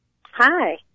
Hi